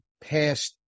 past